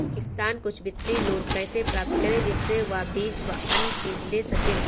किसान कुछ वित्तीय लोन कैसे प्राप्त करें जिससे वह बीज व अन्य चीज ले सके?